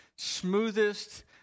smoothest